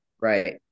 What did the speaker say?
Right